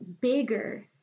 bigger